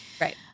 Right